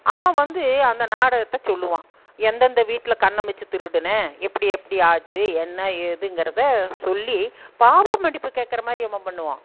அவன் வந்து அந்த நாடகத்தை சொல்லுவான் எந்த எந்த வீட்டில் கண்ணமைச்சு திருடினேன் எப்படி எப்படி ஆச்சு என்ன ஏதுங்கிறத சொல்லி பாவ மன்னிப்பு கேட்குற மாதிரி அவன் பண்ணுவான்